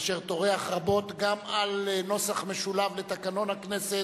אשר טורח רבות גם על נוסח משולב לתקנון הכנסת,